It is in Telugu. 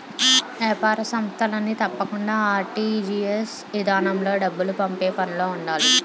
ఏపార సంస్థలన్నీ తప్పకుండా ఆర్.టి.జి.ఎస్ ఇదానంలో డబ్బులు పంపే పనులో ఉండాలి